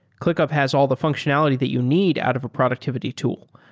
clickup has all the functionality that you need out of a productivity tool.